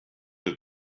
have